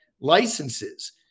licenses